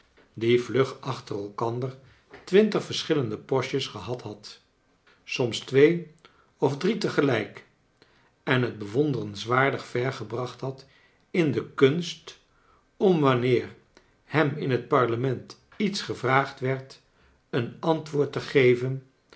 die vlug acbter elkander twintig verschillende postjes gebad bad s oms twee of drie te gelrjk en bet bewonderenswaardig ver gebracht bad in de kunst om wanneer bem in bet parlement iets gevraagd werd een antwoord te geven